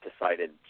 decided